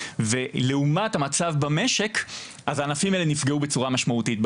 ולעומת המצב במשק אז הענפים האלה נפגעו בצורה משמעותית.